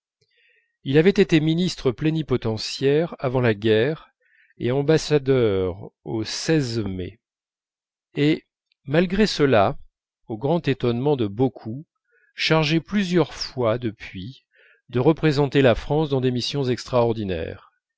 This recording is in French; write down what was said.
il avait été ministre plénipotentiaire avant la guerre et ambassadeur au seize mai et malgré cela au grand étonnement de beaucoup chargé plusieurs fois depuis de représenter la france dans des missions extraordinaires